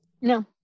No